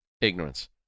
ignorance